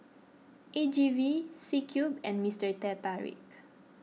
A G V C Cube and Mister Teh Tarik